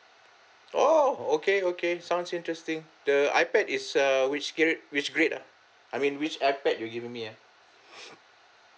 orh okay okay sounds interesting the ipad is uh which grade which grade ah I mean which ipad you give me ah